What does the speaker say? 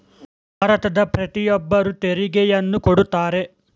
ಭಾರತದ ಪ್ರತಿಯೊಬ್ಬರು ತೆರಿಗೆಯನ್ನು ಕೊಡುತ್ತಾರೆ